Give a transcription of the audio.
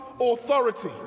authority